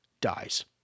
dies